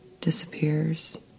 disappears